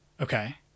okay